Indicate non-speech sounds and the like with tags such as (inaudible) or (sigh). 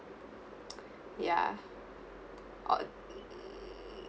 (noise) ya oh (noise)